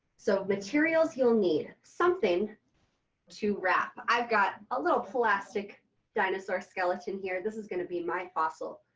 so materials you'll need. something to wrap. i've got a little plastic dinosaur skeleton here. this is going to be my fossil.